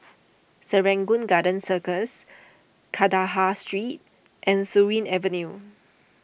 Serangoon Garden Circus Kandahar Street and Surin Avenue